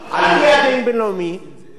זה סכסוך בין-לאומי,